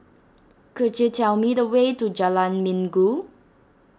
could you tell me the way to Jalan Minggu